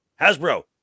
Hasbro